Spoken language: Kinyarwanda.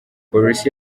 polisi